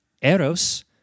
Eros